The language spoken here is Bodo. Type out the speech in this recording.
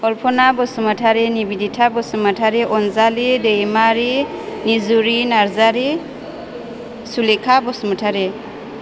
अल्पना बसुमतारी निबेदिथा बसुमतारी अनजालि दैमारि निजुरि नार्जारि सुलेका बसुमतारी